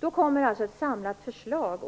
Då kommer alltså ett samlat förslag.